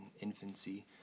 infancy